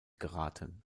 geraten